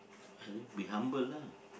be humble lah